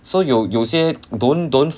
so 有有些 don't don't